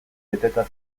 beteta